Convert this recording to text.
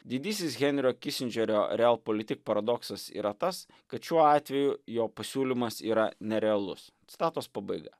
didysis henrio kisindžerio real politik paradoksas yra tas kad šiuo atveju jo pasiūlymas yra nerealus citatos pabaiga